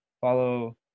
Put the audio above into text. Follow